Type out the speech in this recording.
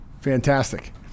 Fantastic